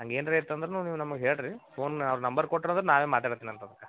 ಹಂಗೇನರೆ ಇತ್ತು ಅಂದರೂನು ನೀವು ನಮಗೆ ಹೇಳಿರಿ ಫೋನ ಅವ್ರ ನಂಬರ್ ಕೊಟ್ರಿ ಅಂದ್ರೆ ನಾವೇ ಮಾತಾಡ್ತಿನಂತೆ ಅದಕ್ಕೆ